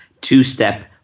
two-step